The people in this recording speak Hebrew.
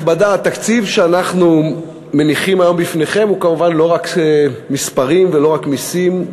התקציב שאנחנו מניחים היום בפניכם הוא כמובן לא רק מספרים ולא רק מסים,